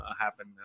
happen